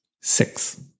six